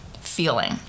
feeling